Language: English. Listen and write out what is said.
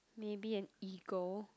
maybe an eagle